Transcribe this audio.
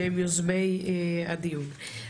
שהם יוזמי הדיון.